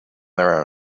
their